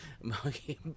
monkey